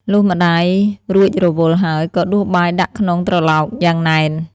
លុះម្ដាយរួចរវល់ហើយ ក៏ដួសបាយដាក់ក្នុងត្រឡោកយ៉ាងណែន។